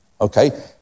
okay